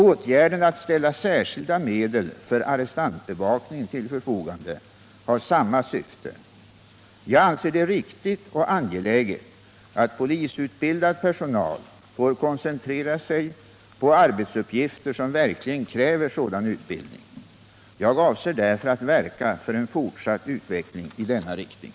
Åtgärden att ställa särskilda medel för arrestantbevakning till förfogande har samma syfte. Jag anser det riktigt och angeläget att polisutbildad personal får koncentrera sig på arbetsuppgifter som verkligen kräver sådan utbildning. Jag avser därför att verka för fortsatt utveckling i denna riktning.